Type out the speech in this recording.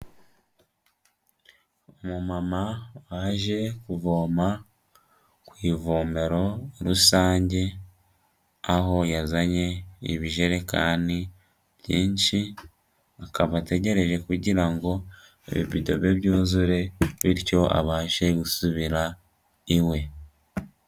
Umumama waje kuvoma ku ivomero rusange, aho yazanye ibijerekani byinshi, akaba ategereje kugira ngo ibivido bye byuzure, bityo abashe gusubira iwe.